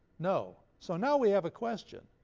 no. so now we have a question.